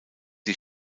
die